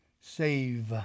Save